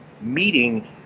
meeting